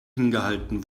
hingehalten